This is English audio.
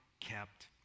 kept